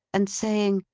and saying,